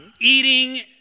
Eating